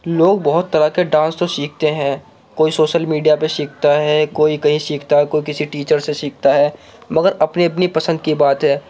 لوگ بہت طرح کے ڈانس تو سیکھتے ہیں کوئی سوسل میڈیا پہ سیکھتا ہے کوئی کہیں سیکھتا ہے کوئی کسی ٹیچر سے سیکھتا ہے مگر اپنی اپنی پسند کی بات ہے